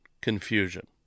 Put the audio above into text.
confusion